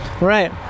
Right